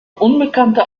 unbekannte